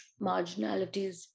marginalities